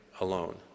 alone